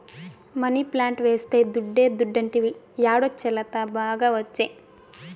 money plant వేస్తే దుడ్డే దుడ్డంటివి యాడొచ్చే లత, బాగా ఒచ్చే